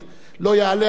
לא יעלה על הדעת.